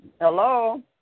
Hello